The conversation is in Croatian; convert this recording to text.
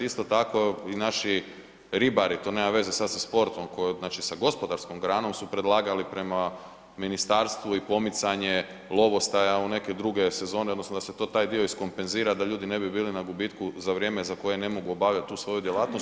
Isto tako, naši ribari, to nema veze sad sa sportom, koji znači sa gospodarskom granom, su predlagali prema ministarstvu i pomicanje lovostaja u neke druge sezone, odnosno da se to taj dio iskompenzira da ljudi ne bi bili na gubitku za vrijeme za koje ne mogu obavljati tu svoju djelatnost.